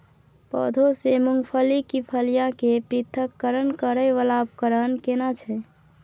पौधों से मूंगफली की फलियां के पृथक्करण करय वाला उपकरण केना छै?